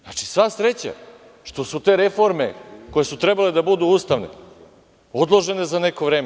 Znači, sva sreća što su te reforme koje su trebale da budu ustavne, odložene za neko vreme.